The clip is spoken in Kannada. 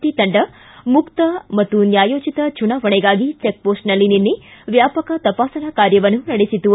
ಟಿ ತಂಡ ಮುಕ್ತ ನ್ಕಾಯೋಚಿತ ಚುನಾವಣೆಗಾಗಿ ಚೆಕ್ ಮೊಸ್ಟ್ನಲ್ಲಿ ನಿನ್ನೆ ವ್ಯಾಪಕ ತಪಾಸಣಾ ಕಾರ್ಯವನ್ನು ನಡೆಸಿತು